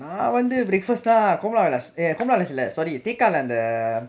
நா வந்து:naa vanthu breakfast நா:naa komala vilaas eh komala vilaas இல்ல:illa sorry tekka leh அந்த:antha